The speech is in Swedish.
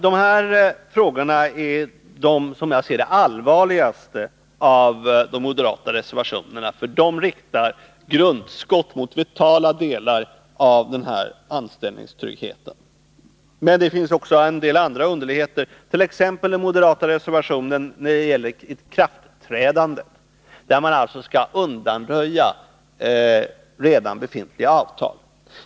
Dessa reservationer är, som jag ser det, de allvarligaste av de moderata reservationerna, för de riktar grundskott mot vitala delar av anställningstryggheten. Men det finns också en del andra underligheter, t.ex. den moderata reservationen när det gäller ikraftträdandet. Man skall alltså undanröja redan befintliga avtal.